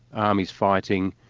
armies fighting,